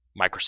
Microsoft